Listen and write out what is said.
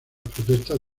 protestas